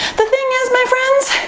the thing is, my friends,